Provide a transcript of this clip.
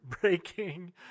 breaking